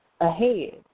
ahead